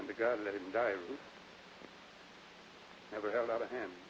and the guy let him die never held out a hand